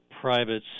private